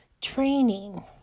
Training